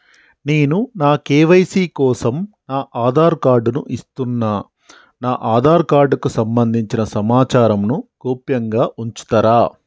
నేను నా కే.వై.సీ కోసం నా ఆధార్ కార్డు ను ఇస్తున్నా నా ఆధార్ కార్డుకు సంబంధించిన సమాచారంను గోప్యంగా ఉంచుతరా?